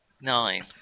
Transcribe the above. Nine